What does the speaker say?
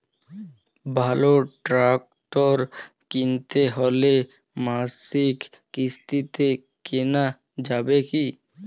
ভালো ট্রাক্টর কিনতে হলে মাসিক কিস্তিতে কেনা যাবে কি?